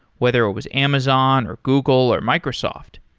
whether it was amazon, or google, or microsoft.